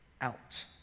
out